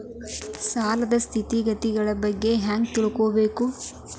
ಸಾಲದ್ ಸ್ಥಿತಿಗತಿ ಬಗ್ಗೆ ಹೆಂಗ್ ತಿಳ್ಕೊಬೇಕು?